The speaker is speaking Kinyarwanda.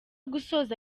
gusoza